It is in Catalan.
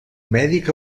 mèdic